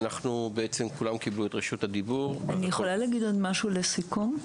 אני יכולה להגיד עוד משהו לסיכום?